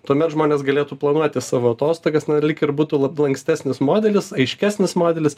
tuomet žmonės galėtų planuoti savo atostogas na lyg ir būtų lab labai ankstesnis modelis aiškesnis modelis